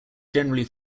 generally